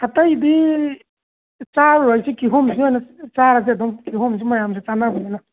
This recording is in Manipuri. ꯑꯇꯩꯗꯤ ꯆꯥꯔꯔꯣꯏꯁꯤ ꯀꯤꯍꯣꯝꯁꯤ ꯑꯣꯏꯅ ꯆꯔꯁꯤ ꯑꯗꯨꯝ ꯀꯤꯍꯣꯝꯁꯤ ꯃꯌꯥꯝꯁꯨ ꯆꯥꯅꯕꯅꯤꯅ